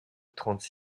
trente